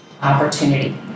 opportunity